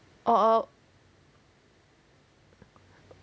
orh